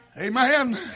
Amen